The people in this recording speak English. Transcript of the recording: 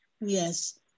Yes